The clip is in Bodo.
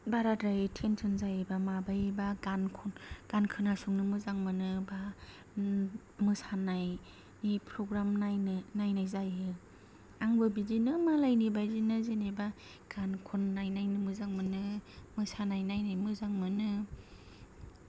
बाराद्राय थेनसन जायोबा माबायोबा गान खन गान खोनासंनो मोजां मोनोबा मोसानाय नि प्रग्राम नायनो नायनाय जायो आंबो बिदिनो मालायनि बायदिनो जेनोबा गान खननाय नायनो मोजां मोनो मोसानाय नायनो मोजां मोनो